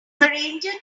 ranger